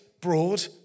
broad